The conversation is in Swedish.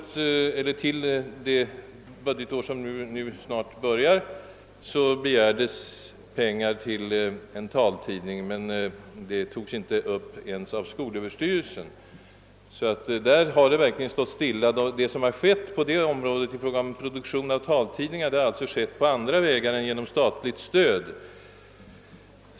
Till det budgetår som nu snart börjar begärdes anslag till en taltidning, men det önskemålet togs inte upp ens av skolöverstyrelsen. Vad som skett på det området har alltså skett på andra vägar än genom statligt stöd.